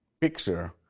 picture